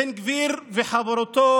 בן גביר וחבורתו